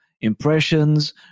impressions